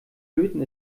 löten